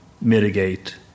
mitigate